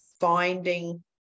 finding